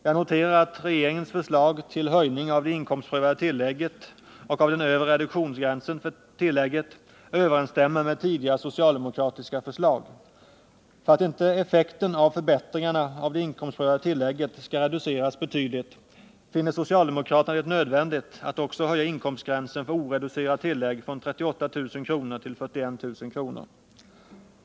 Jag noterar att regeringens förslag till höjning av det inkomstprövade tillägget och av den övre reduktionsgränsen för tillägget överensstämmer med tidigare socialdemokratiska förslag. För att inte effekten av förbättringarna av det inkomstprövade tillägget skall reduceras betydligt, finner socialdemokraterna det nödvändigt att också höja inkomstgränsen för oreducerat tillägg från 38 000 kr. till 41 000 kr.